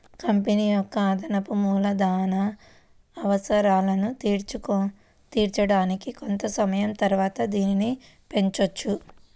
company యొక్క అదనపు మూలధన అవసరాలను తీర్చడానికి కొంత సమయం తరువాత దీనిని పెంచొచ్చు